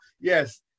yes